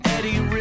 Eddie